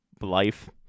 life